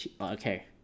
Okay